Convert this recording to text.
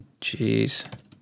Jeez